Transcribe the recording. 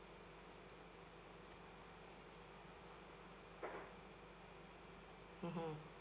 mmhmm